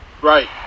Right